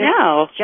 No